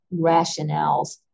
rationales